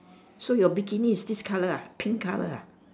so your bikini is this colour ah pink colour ah